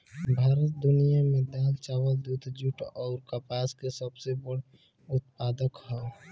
भारत दुनिया में दाल चावल दूध जूट आउर कपास के सबसे बड़ उत्पादक ह